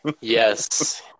Yes